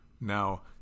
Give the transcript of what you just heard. Now